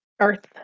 Earth